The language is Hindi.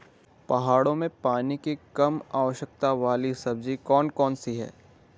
पहाड़ों में पानी की कम आवश्यकता वाली सब्जी कौन कौन सी हैं?